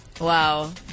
Wow